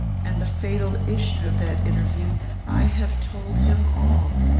and the fatal issue of that interview i have told him all,